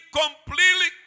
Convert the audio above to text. completely